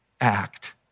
act